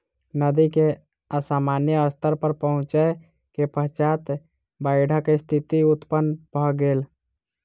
नदी के असामान्य स्तर पर पहुँचै के पश्चात बाइढ़क स्थिति उत्पन्न भ गेल